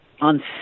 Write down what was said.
on